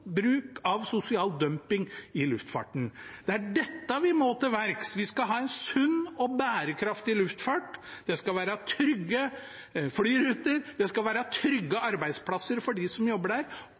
bruk av sosial dumping i luftfarten. Det er dette vi må til livs. Vi skal ha en sunn og bærekraftig luftfart. Det skal være trygge flyruter, det skal være trygge arbeidsplasser for dem som jobber der,